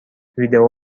ویدئو